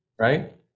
Right